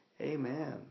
Amen